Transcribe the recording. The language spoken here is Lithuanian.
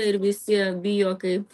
ir visi bijo kaip